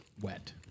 wet